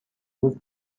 روز